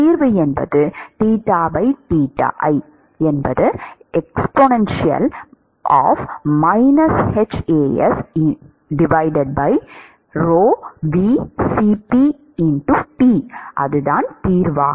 மற்றும் தீர்வு என்பது theta theta i exp h A s ρVCpt அதுதான் தீர்வு